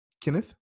Kenneth